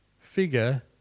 figure